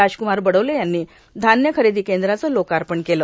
राजक्मार बडोले यांनी धान्य खरेदी केंद्राचे लोकार्पण केले